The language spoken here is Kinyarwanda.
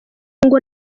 ngo